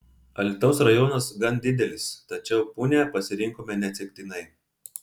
alytaus rajonas gan didelis tačiau punią pasirinkome neatsitiktinai